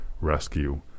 Rescue